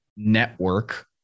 network